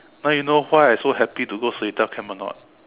now you know why I so happy to go Seletar camp or not